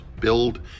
build